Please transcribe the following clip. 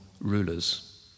rulers